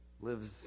lives